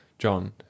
John